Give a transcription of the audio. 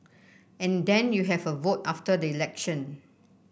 and then you have a vote after the election